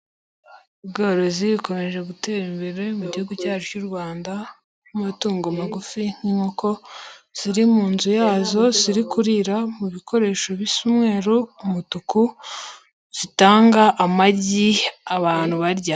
Ubworozi bukomeje gutera imbere mu gihugu cyacu cy'u Rwanda, nk'amatungo magufi nk'inkoko ziri mu nzu yazo, ziri kurira mu bikoresho bisa umweru, umutuku, zitanga amagi abantu barya.